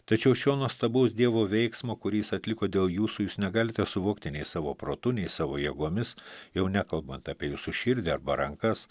tačiau šio nuostabaus dievo veiksmo kurį jis atliko dėl jūsų jūs negalite suvokti nei savo protu nei savo jėgomis jau nekalbant apie jūsų širdį arba rankas